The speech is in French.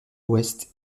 ouest